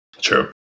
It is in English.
true